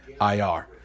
IR